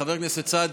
חבר הכנסת סעדי,